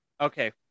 okay